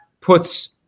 puts